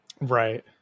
Right